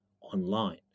online